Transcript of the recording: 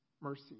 mercy